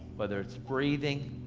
whether it's breathing,